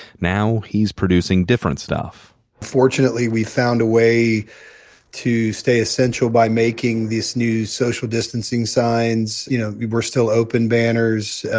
now, he's producing different stuff fortunately, we found a way to stay essential by making these new social distancing signs you know we're still open banners,